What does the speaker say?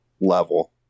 level